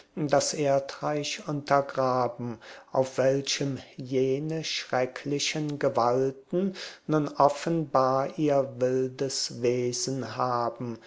das erdreich untergraben auf welchem jene schrecklichen gewalten nun offenbar ihr wildes wesen haben